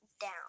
down